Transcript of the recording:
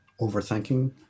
overthinking